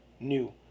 new